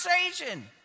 conversation